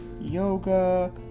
yoga